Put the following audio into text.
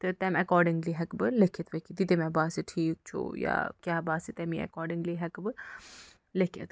تہٕ تمہِ ایٚکواڈِنٛگلی ہیٚکہٕ بہٕ لیٚکھِتھ ویٚکھِتھ یہِ تہِ مےٚ باسہِ ٹھیٖک چھُ یا کیٛاہ باسہِ تَمیٚے ایٚکواڈِنٛگلی ہیٚکہٕ بہٕ لیٚکھِتھ